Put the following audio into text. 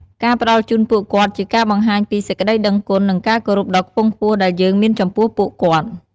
ការផ្តល់ជូនពួកគាត់ជាការបង្ហាញពី សេចក្តីដឹងគុណ និងការគោរពដ៏ខ្ពង់ខ្ពស់ដែលយើងមានចំពោះពួកគាត់។